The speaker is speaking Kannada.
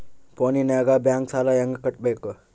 ಫೋನಿನಾಗ ಬ್ಯಾಂಕ್ ಸಾಲ ಹೆಂಗ ಕಟ್ಟಬೇಕು?